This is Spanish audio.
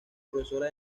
profesora